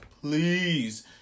please